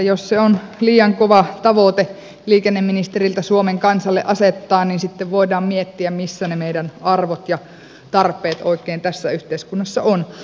jos se on liian kova tavoite liikenneministeriltä suomen kansalle asettaa niin sitten voidaan miettiä missä ne meidän arvomme ja tarpeemme oikein tässä yhteiskunnassa ovat